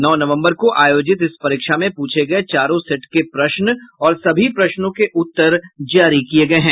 नौ नवंबर को आयोजित इस परीक्षा में पूछे गये चारो सेट के प्रश्न और सभी प्रश्नों के उत्तर जारी किये गये हैं